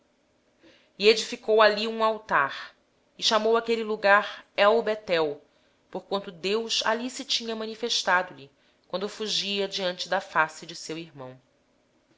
edificou ali um altar e chamou ao lugar el betel porque ali deus se lhe tinha manifestado quando fugia da face de seu irmão